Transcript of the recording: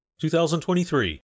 2023